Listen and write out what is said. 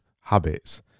habits